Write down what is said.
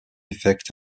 effect